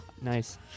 Nice